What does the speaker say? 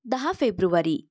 दहा फेब्रुवारी